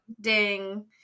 ding